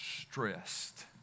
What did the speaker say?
stressed